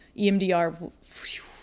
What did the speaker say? EMDR